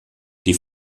die